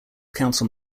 council